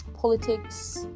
politics